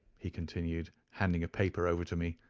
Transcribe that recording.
he continued, handing a paper over to me,